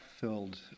filled